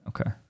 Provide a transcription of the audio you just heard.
Okay